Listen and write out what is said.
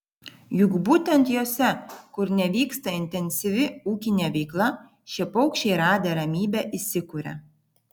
juk būtent jose kur nevyksta intensyvi ūkinė veikla šie paukščiai radę ramybę įsikuria